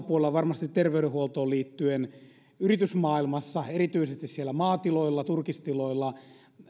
puolella varmasti terveydenhuoltoon liittyen yritysmaailmassa erityisesti siellä maatiloilla turkistiloilla